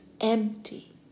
empty